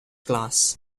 class